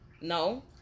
No